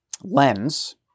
lens